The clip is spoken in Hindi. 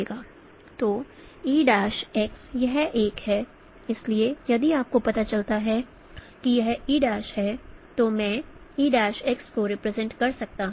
तो e'X यह एक है इसलिए यदि आपको पता चलता है कि यह e है तो मैं e'X को रिप्रेजेंट कर सकता हूं